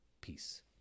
Peace